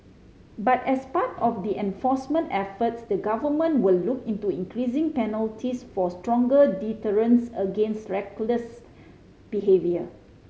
but as part of the enforcement efforts the government will look into increasing penalties for stronger deterrence against reckless behaviour